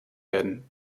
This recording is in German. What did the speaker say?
werden